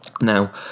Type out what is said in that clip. Now